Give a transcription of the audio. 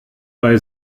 bei